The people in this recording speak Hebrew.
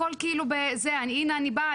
הכל כאילו בזה 'הנה אני באה,